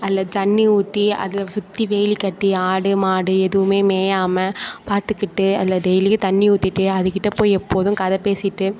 அதில் தண்ணிர் ஊற்றி அதில் சுற்றி வேலி கட்டி ஆடு மாடு எதுவும் மேயாமல் பார்த்துகிட்டு அதில் டெய்லியும் தண்ணிர் ஊத்திகிட்டு அதுகிட்டே போய் எப்போதும் கதை பேசிகிட்டு